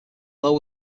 law